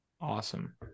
Awesome